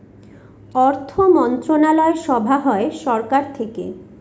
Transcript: অর্থমন্ত্রণালয় সভা হয় সরকার থেকে